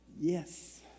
yes